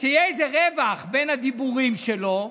איזה רווח בין הדיבורים שלו.